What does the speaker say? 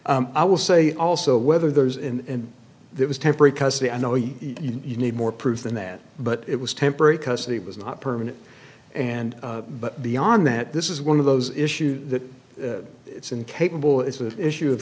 um i will say also whether there's and there was temporary custody i know you you need more proof than that but it was temporary custody was not permanent and but beyond that this is one of those issues that it's incapable it's an issue of